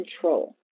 control